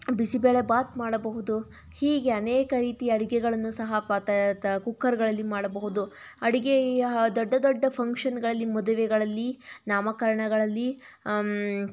ಬಿಸಿಬೇಳೆಬಾತ್ ಮಾಡಬಹುದು ಹೀಗೆ ಅನೇಕ ರೀತಿಯ ಅಡುಗೆಗಳನ್ನು ಸಹ ಪಾತ್ರೆ ಕುಕ್ಕರ್ಗಳಲ್ಲಿ ಮಾಡಬಹುದು ಅಡಿಗೆಯ ದೊಡ್ಡ ದೊಡ್ಡ ಫಂಕ್ಷನ್ಗಳಲ್ಲಿ ಮದುವೆಗಳಲ್ಲಿ ನಾಮಕರಣಗಳಲ್ಲಿ